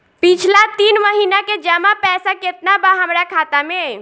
पिछला तीन महीना के जमा पैसा केतना बा हमरा खाता मे?